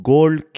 Gold